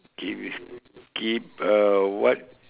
okay we skip uh what